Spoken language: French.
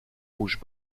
rouges